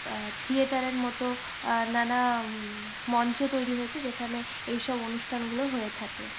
থিয়েটারের মতো নানা মঞ্চ তৈরি হয়েছে যেখানে এইসব অনুষ্ঠানগুলো হয়ে থাকে